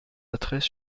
attraits